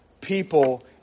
people